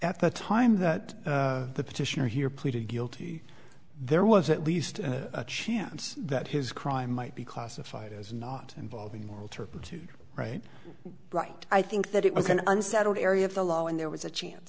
at the time that the petitioner here pleaded guilty there was at least a chance that his crime might be classified as not involving moral turpitude right right i think that it was an unsettled area of the law and there was a chance